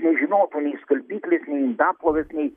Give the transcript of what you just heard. nežinotų nei skalbyklės nei indaplovės nei